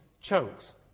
chunks